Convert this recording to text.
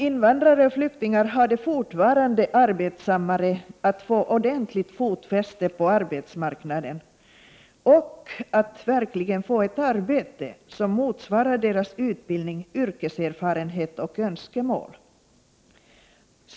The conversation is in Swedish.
Invandrare och flyktingar har det fortfarande arbetsamt att få ordentligt fotfäste på arbetsmarknaden och att verkligen få ett arbete som motsvarar deras utbildning, yrkeserfarenhet och önskemål.